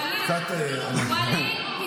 ואליד, ואליד.